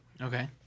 Okay